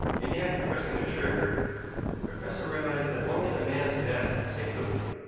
in the act of pressing the trigger the professor realized that only the man's death could save the woman.